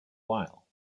while